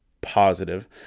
positive